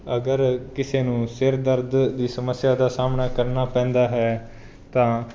ਅਗਰ ਕਿਸੇ ਨੂੰ ਸਿਰ ਦਰਦ ਦੀ ਸਮੱਸਿਆ ਦਾ ਸਾਹਮਣਾ ਕਰਨਾ ਪੈਂਦਾ ਹੈ ਤਾਂ